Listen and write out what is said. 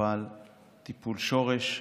מטופל טיפול שורש.